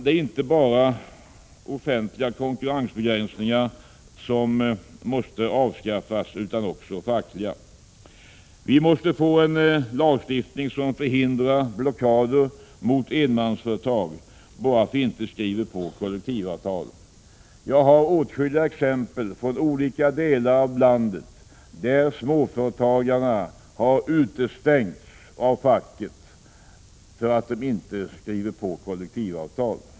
Det är inte bara offentliga konkurrensbegränsningar som måste avskaffas utan också fackliga. Vi måste få en lagstiftning som förhindrar blockader mot enmansföretag bara därför att de inte skriver på kollektivavtal. Jag har åtskilliga exempel från olika delar av landet där småföretagare utestängts av facket därför att de inte skriver på kollektivavtal.